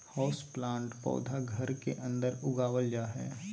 houseplant पौधा घर के अंदर उगावल जा हय